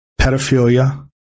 pedophilia